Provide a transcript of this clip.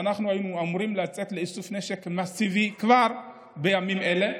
ואנחנו היינו אמורים לצאת לאיסוף נשק מסיבי כבר בימים אלה,